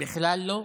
בכלל לא.